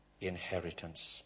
inheritance